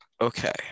Okay